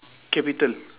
capital